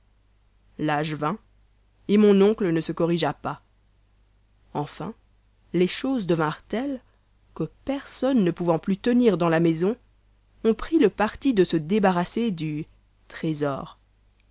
l'âge vint et mon oncle ne se corrigea pas enfin les choses devinrent telles que personne ne pouvant plus tenir dans la maison on prit le parti de se débarrasser du trésor